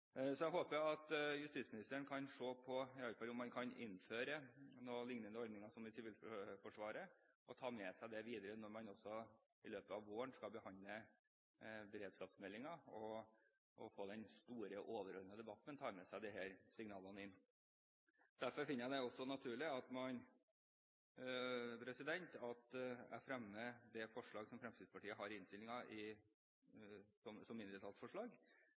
Jeg håper at justisministeren kan i alle fall se på om man kan innføre noen lignende ordninger som Sivilforsvaret har, og ta med seg med seg dette videre når man i løpet av våren skal behandle beredskapsmeldingen og få den store, overordnede debatten. Derfor finner jeg det også naturlig at jeg fremmer det forslaget som Fremskrittspartiet har i